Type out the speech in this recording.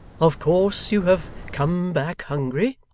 of course you have come back hungry